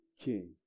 king